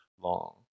long